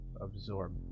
absorb